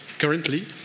currently